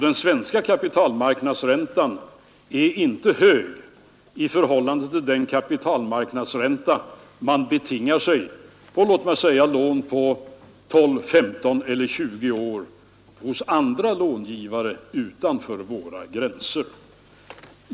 Den svenska kapitalmarknadsräntan är inte hög i förhållande till den kapitalmarknadsränta som lånegivare utanför våra gränser betingar sig för lån på 12, 15 eller 20 år.